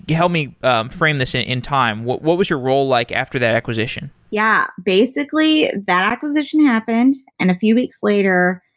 yeah help me um frame this in in time. what what was your role like after that acquisition? yeah, basically, the acquisition happened and a few weeks later,